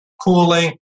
cooling